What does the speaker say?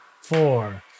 four